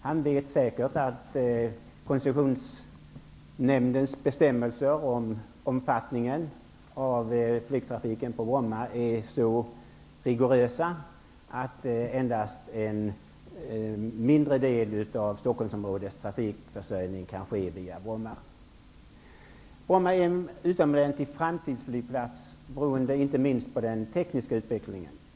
Han vet säkert att Koncessionsnämndens bestämmelser om omfattningen av flygtrafiken på Bromma är så rigorösa att endast en mindre del av Stockholmsområdets trafikförsörjning kan ske via Bromma är en utomordentlig framtidsflygplats, inte minst beroende på den tekniska utvecklingen.